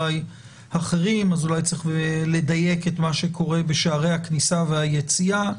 אחרים אז אולי צריך לדייק את מה שקורה בשערי הכניסה והיציאה.